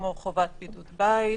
כמו חובת בידוד בית,